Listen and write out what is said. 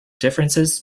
differences